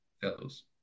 fellows